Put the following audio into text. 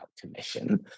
commission